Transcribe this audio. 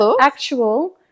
actual